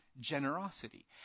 generosity